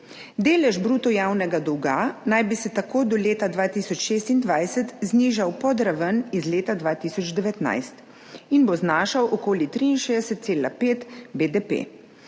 Delež bruto javnega dolga naj bi se tako do leta 2026 znižal pod raven iz leta 2019. in bo znašal okoli 63,5 BDP.